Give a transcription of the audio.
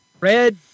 red